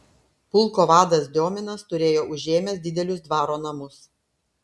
pulko vadas diominas turėjo užėmęs didelius dvaro namus